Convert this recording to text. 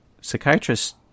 Psychiatrists